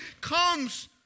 comes